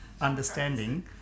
understanding